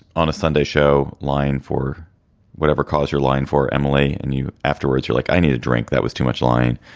on a sunday show line for whatever cause your line for emily and you afterwards, you're like, i need a drink. that was too much line.